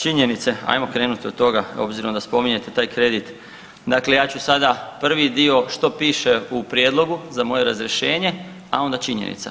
Činjenice ajmo krenuti od toga obzirom da spominjete taj kredit, dakle ja ću sada prvi dio što piše u prijedlogu za moje razrješenje, a onda činjenica.